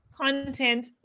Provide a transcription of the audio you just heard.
Content